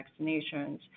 vaccinations